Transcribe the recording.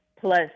plus